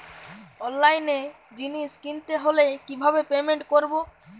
অনলাইনে জিনিস কিনতে হলে কিভাবে পেমেন্ট করবো?